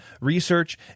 research